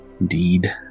indeed